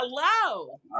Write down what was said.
Hello